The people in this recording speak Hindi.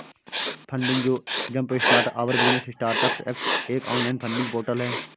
फंडिंग जो jumpstart our business startups act एक ऑनलाइन फंडिंग पोर्टल है